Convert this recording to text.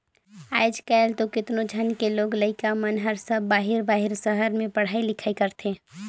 आयज कायल तो केतनो झन के लोग लइका मन हर सब बाहिर बाहिर सहर में पढ़ई लिखई करथे